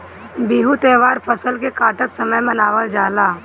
बिहू त्यौहार फसल के काटत समय मनावल जाला